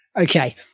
Okay